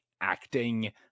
acting